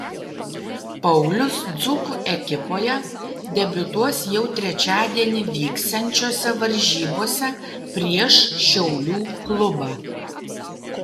paulius dzūkų ekipoje debiutuos jau trečiadienį vyksiančiose varžybose prieš šiaulių klubą